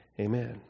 Amen